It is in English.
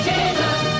Jesus